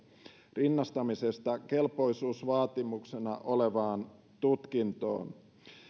rinnastamisesta kelpoisuusvaatimuksena olevaan tutkintoon